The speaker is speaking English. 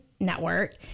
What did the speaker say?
Network